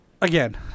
again